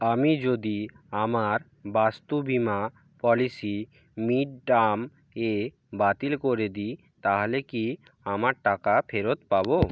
আমি যদি আমার বাস্তু বিমা পলিসি মিড টার্ম এ বাতিল করে দিই তাহলে কি আমার টাকা ফেরত পাব